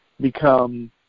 become